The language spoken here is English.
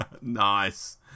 Nice